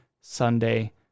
Sunday